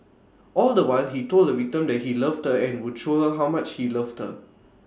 all the while he told the victim that he loved her and would show her how much he loved her